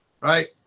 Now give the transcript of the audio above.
Right